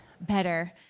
better